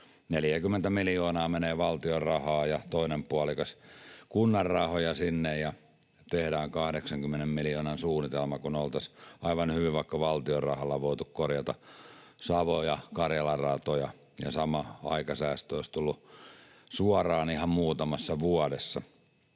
40 miljoonaa menee valtion rahaa ja toinen puolikas kunnan rahoja sinne, ja tehdään 80 miljoonan suunnitelma, kun oltaisiin aivan hyvin vaikka valtion rahalla voitu korjata Savon ja Karjalan ratoja ja sama aikasäästö olisi tullut suoraan ihan muutamassa vuodessa.